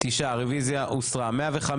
9 נמנעים, אין לא אושר.